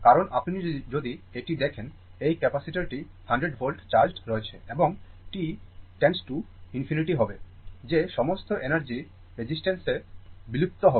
কারণ আপনি যদি এটি দেখেন এই ক্যাপাসিটারটি 100 ভোল্টে চার্জড রয়েছে এবং t টেন্ডস টু ∞ হবে যে সমস্ত এনার্জি রেজিস্টরটিতে বিলুপ্ত হবে